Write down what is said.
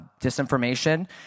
disinformation